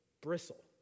bristle